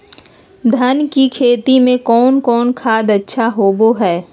धान की फ़सल में कौन कौन खाद अच्छा होबो हाय?